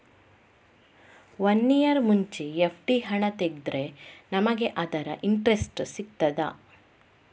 One year ಮುಂಚೆ FD ಹಣ ತೆಗೆದ್ರೆ ನಮಗೆ ಅದರ ಇಂಟ್ರೆಸ್ಟ್ ಸಿಗ್ತದ?